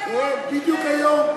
בדיוק היום.